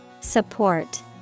Support